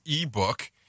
ebook